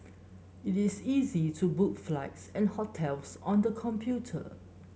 it is easy to book flights and hotels on the computer